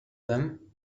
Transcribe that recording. them